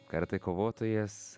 karatė kovotojas